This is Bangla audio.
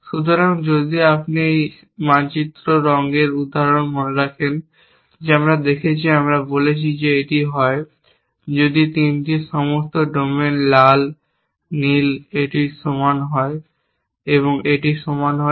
সুতরাং যদি আপনি এই মানচিত্র রঙের উদাহরণ মনে রাখেন যা আমরা দেখেছি আমরা বলেছি যে যদি এটি হয় যদি 3টির সমস্ত ডোমেন লাল নীল এবং এটি এর সমান নয় এবং এটি এর সমান নয়